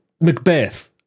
Macbeth